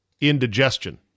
indigestion